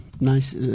nice